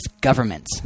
government